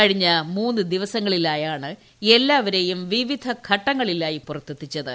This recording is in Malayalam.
കഴിഞ്ഞ മൂന്ന് ദിവസങ്ങളിലായാണ് എല്ലാവരെയും വിവിധ ഘട്ടങ്ങളിലായി പുറത്തെത്തിച്ചത്